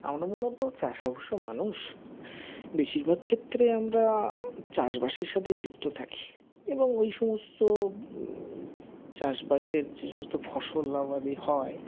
আমরা মূলত চাষাভুষো মানুষ বেশিরভাগ ক্ষেত্রে আমরা চাষবাসের সাথেই যুক্ত থাকি এবং ওই সমস্ত চাষবাসের যে সমস্ত ফসল আবাদি হয়